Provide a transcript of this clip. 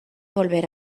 volver